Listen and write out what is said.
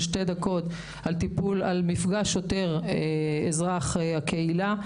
שתי דקות על מפגש שוטר ואזרח הקהילה.